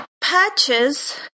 Patches